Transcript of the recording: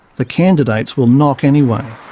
the candidates will knock anyway.